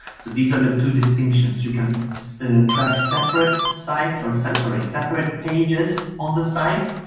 so these are the two distinctions. you can track separate sites or sell, sorry, separate pages on the site,